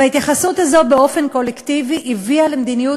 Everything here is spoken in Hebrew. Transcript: וההתייחסות הזאת באופן קולקטיבי הביאה למדיניות